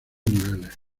niveles